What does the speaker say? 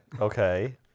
Okay